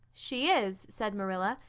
she is, said marilla,